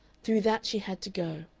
through that she had to go.